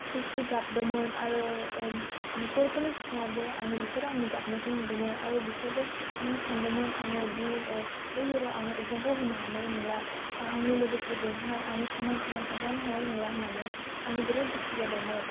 स्रि स्रि गावदोंमोन आरो न'खर फोरनि सिगांआव बो बिसोर आंनि गाबनायखौ नुदोंमोन आरो बिसोरबो आङो सानदोंमोन आङो दि बे इयार आव आङो इगजामखौ होनो हानाय नंला आंनि लोगोफोरजों हाय आङो स'मान स'मान थांफानो हानाय नंला होननानै आङो बिराथ दुखु जादोंमोन